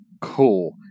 cool